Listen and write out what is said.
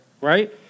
right